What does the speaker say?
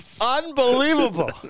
Unbelievable